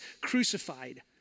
crucified